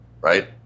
right